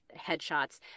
headshots